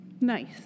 nice